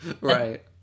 right